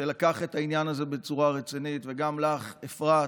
שלקח את העניין הזה בצורה רצינית, וגם לך, אפרת.